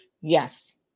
yes